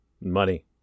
money